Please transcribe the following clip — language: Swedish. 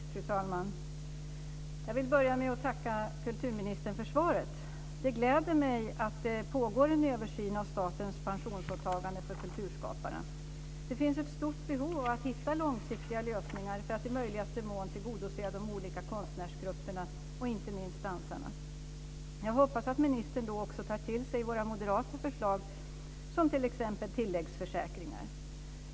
Fru talman! Jag vill börja med att tacka kulturministern för svaret. Det gläder mig att det pågår en översyn av statens pensionsåtagande för kulturskaparna. Det finns ett stort behov av att hitta långsiktiga lösningar för att i möjligaste mån tillgodose de olika konstnärsgruppernas, och inte minst dansarnas, behov. Jag hoppas att ministern då också tar till sig våra moderata förslag som t.ex. tilläggsförsäkringar.